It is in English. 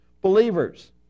Believers